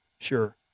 sure